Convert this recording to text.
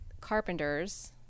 Carpenters